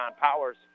Powers